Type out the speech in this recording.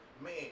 man